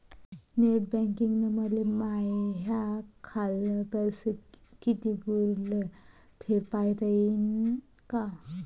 Net बँकिंगनं मले माह्या खाल्ल पैसा कितीक उरला थे पायता यीन काय?